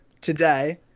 today